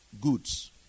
goods